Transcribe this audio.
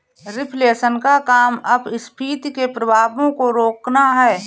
reflation का काम अपस्फीति के प्रभावों को रोकना है